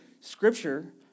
Scripture